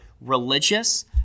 religious